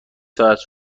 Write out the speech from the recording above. ساعت